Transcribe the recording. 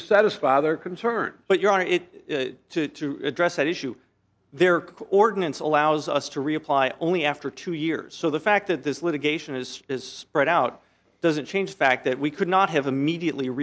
to satisfy their concerns but your honor to address that issue their co ordinates allows us to reapply only after two years so the fact that this litigation is is spread out doesn't change the fact that we could not have immediate